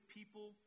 people